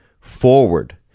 forward